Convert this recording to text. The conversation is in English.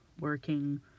working